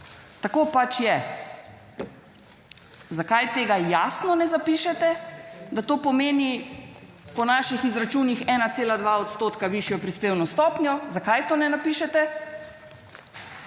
Tako pač je. Zakaj tega jasno ne zapišete, da to pomeni, po naših izračunih 1,2 % višjo prispevno stopnjo. Zakaj to ne napišete?